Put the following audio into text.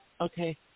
Okay